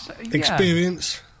experience